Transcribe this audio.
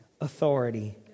authority